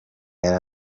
yari